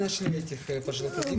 (תרגום מרוסית)